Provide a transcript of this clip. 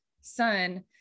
son